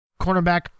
cornerback